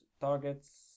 targets